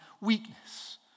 weakness